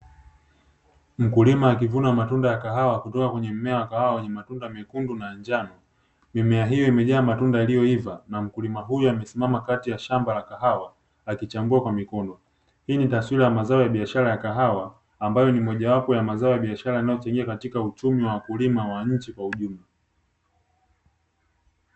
Mkulima akivuna matunda ya kahawa kutoka kwenye mmea wa kahawa wenye matunda mekundu na ya njano, mimea hiyo imejaa matunda yaliyoiva na mkulima huyo amesimama kati ya shamba la kahawa akichambua kwa mikono, hii ni taswira ya mazao ya biashara ya kahawa ambayo ni moja wapo ya mazao ya biashara yanayochangia katika uchumi wa wakulima wa nchi kwa ujumla.